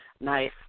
Nice